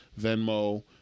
Venmo